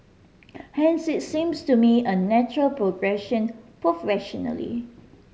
hence it's seems to me a natural progression professionally